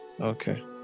Okay